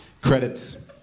Credits